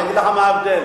אני אגיד לך מה ההבדל.